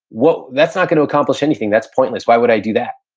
well, that's not gonna accomplish anything. that's pointless. why would i do that?